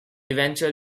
eventual